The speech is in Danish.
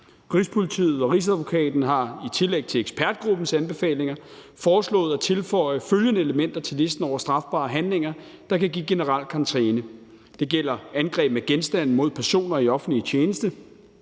Rigspolitiet og Rigsadvokaten har i tillæg til ekspertgruppens anbefalinger foreslået at tilføje følgende elementer til listen over strafbare handlinger, der kan give general karantæne. Det gælder angreb med genstande mod personer i offentlig tjeneste,